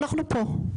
אנחנו פה,